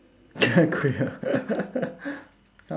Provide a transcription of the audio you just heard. queer